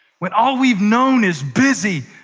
when all we've known is busy,